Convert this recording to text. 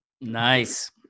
Nice